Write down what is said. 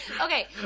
Okay